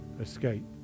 Escape